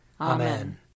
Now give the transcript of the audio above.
Amen